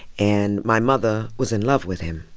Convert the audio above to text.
and my mother was in love with him.